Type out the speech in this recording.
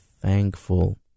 thankful